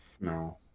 No